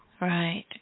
Right